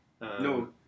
No